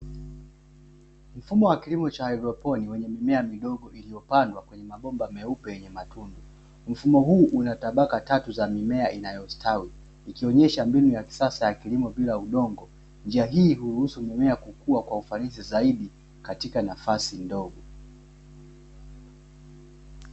Mfumo wa kilimo cha "hydroponi" wenye mimea midogo iliyopandwa kwenye mabomba meupe yenye matunda, mfumo huu unatabaka tatu za mimea inayostawi ukionyesha sasa kilimo bila udongo, njia hii huruhusu mimea kukua kwa ufanisi zaidi katika nafasi ndogo.